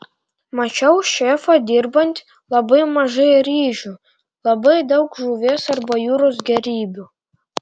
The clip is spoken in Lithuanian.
mačiau šefą dirbant labai mažai ryžių labai daug žuvies arba jūros gėrybių